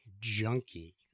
junkie